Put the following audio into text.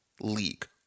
league